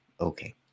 Okay